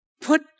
put